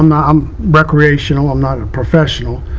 i'm um recreational. i'm not ah professional.